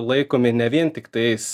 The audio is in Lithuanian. laikomi ne vien tiktais